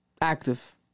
Active